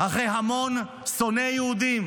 אחרי המון שונא יהודים,